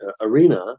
arena